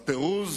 הפירוז,